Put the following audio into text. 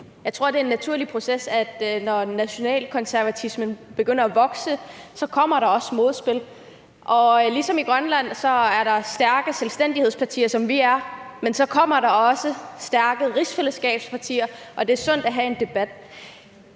Jeg tror, det er en naturlig proces, når nationalkonservatismen begynder at vokse, at der også kommer modspil. Ligesom der i Grønland er stærke selvstændighedspartier, som vi er, kommer der også stærke rigsfællesskabspartier, og det er sundt at have en debat.